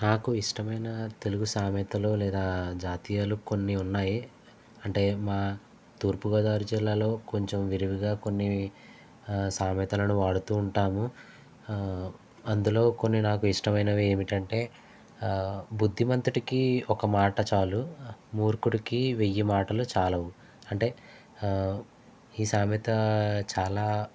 నాకు ఇష్టమైన తెలుగు సామెతలు లేదా జాతీయాలు కొన్ని ఉన్నాయి అంటే మా తూర్పు గోదావరి జిల్లాలో కొంచెం విరివిగా కొన్ని సామెతలను వాడుతూ ఉంటాము అందులో కొన్ని నాకు ఇష్టమైనవి ఏమిటంటే బుద్ధిమంతుడికి ఒక మాట చాలు మూర్ఖుడికి వెయ్యి మాటలు చాలవు అంటే ఈ సామెత చాలా